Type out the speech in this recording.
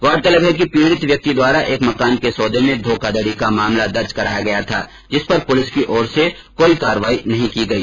गौरतलब है कि पीड़ित व्यक्ति द्वारा एक मकान के सौदे में धोखाधड़ी का मामला दर्ज कराया था जिस पर पुलिस की ओर से कार्रवाई नहीं की गई